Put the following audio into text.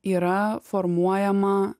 yra formuojama